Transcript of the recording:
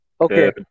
okay